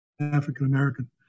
African-American